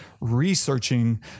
researching